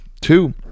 Two